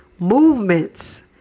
Movements